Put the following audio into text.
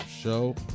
Show